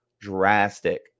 drastic